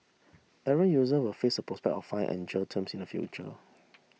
errant user will face the prospect of fine and jail terms in the future